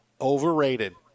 overrated